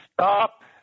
stop